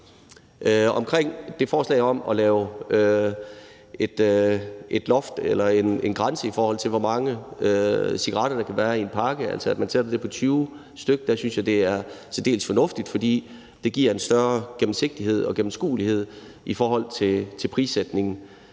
til det forslag om at lave et loft eller en grænse, i forhold til hvor mange cigaretter der kan være i en pakke, altså at man sætter det til 20 stk., synes jeg, at det er særdeles fornuftigt, fordi det giver en større gennemsigtighed og gennemskuelighed i forhold til prissætningen.